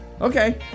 Okay